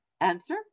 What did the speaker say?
answer